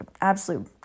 absolute